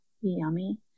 yummy